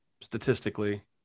statistically